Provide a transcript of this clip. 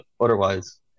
otherwise